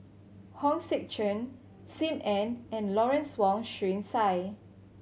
Hong Sek Chern Sim Ann and Lawrence Wong Shyun Tsai